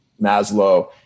Maslow